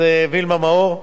אז וילמה מאור,